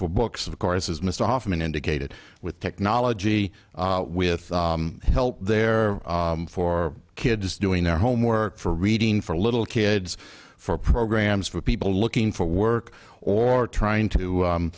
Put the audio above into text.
for books of course as mr hoffman indicated with technology with help there for kids doing their homework for reading for little kids for programs for people looking for work or trying to